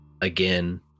again